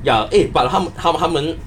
ya eh but 他们他们他们